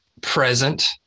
present